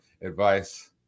advice